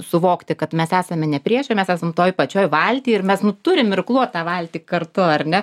suvokti kad mes esame ne priešai mes esam toj pačioj valty ir mes nu turim irkluot tą valtį kartu ar ne